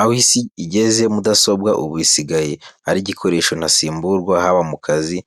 Aho isi igeze, mudasobwa ubu isigaye ari igikoresho ntasimburwa haba mu kazi,